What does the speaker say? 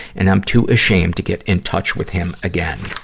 and i'm too ashamed to get in touch with him again.